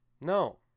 No